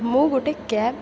ମୁଁ ଗୋଟେ କ୍ୟାବ୍